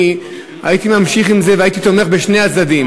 הייתי ממשיך עם זה והייתי תומך בשני הצדדים.